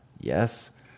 Yes